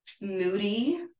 moody